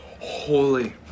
Holy